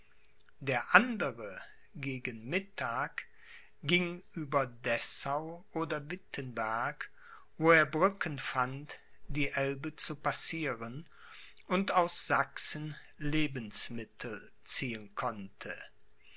der andere gegen mittag ging über dessau oder wittenberg wo er brücken fand die elbe zu passieren und aus sachsen lebensmittel ziehen konnte